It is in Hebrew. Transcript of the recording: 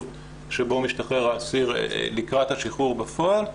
בו משתחרר האסיר לקראת השחרור בפועל.